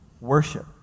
worship